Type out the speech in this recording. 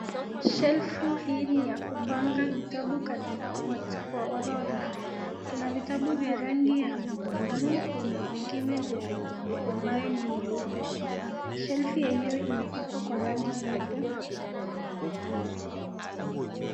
Shelfu hii ni ya kupanga vitabu kwa orodha. Kuna vitabu vya rangi ya buluu kuna ambayo ni nyeupe. Shelfu yenyewe imepakwa kwa rangi nyeupe.